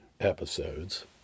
episodes